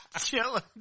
chilling